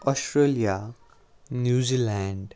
Australia New land